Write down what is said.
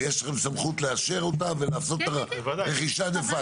ויש לכם סמכות לאשר אותה ולעשות את הרכישה דה פקטו?